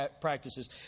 practices